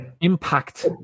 Impact